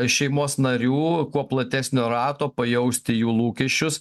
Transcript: šeimos narių kuo platesnio rato pajausti jų lūkesčius